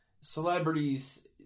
celebrities